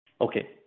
Okay